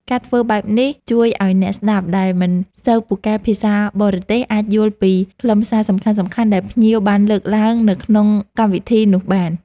ការធ្វើបែបនេះជួយឱ្យអ្នកស្តាប់ដែលមិនសូវពូកែភាសាបរទេសអាចយល់ពីខ្លឹមសារសំខាន់ៗដែលភ្ញៀវបានលើកឡើងនៅក្នុងកម្មវិធីនោះបាន។